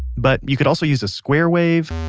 but you could also use a square wave,